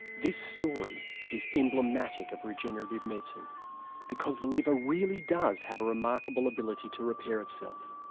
this story is emblematic of regenerative medicine because the liver really does have a remarkable ability to repair itself.